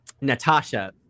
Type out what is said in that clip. Natasha